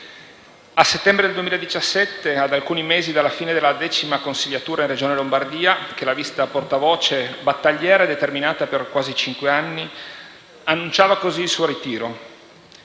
A settembre 2017, ad alcuni mesi dalla fine della X consiliatura in Regione Lombardia, che l'ha visita portavoce battagliera e determinata per quasi cinque anni, annunciava così il suo ritiro: